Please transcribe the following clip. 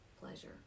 pleasure